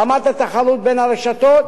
רמת התחרות בין הרשתות